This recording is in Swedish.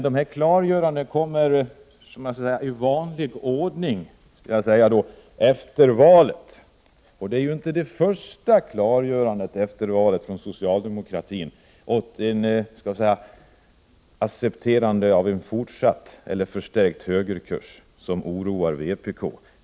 Dessa klargöranden kommer dock i vanlig ordning efter valet. Det är emellertid inte det första klargörandet efter valet från socialdemokratin eller det första accepterandet av en fortsatt eller förstärkt högerkurs som oroar vpk.